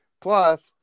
Plus